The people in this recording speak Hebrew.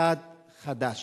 אחד חדש.